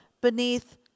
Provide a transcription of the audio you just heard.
beneath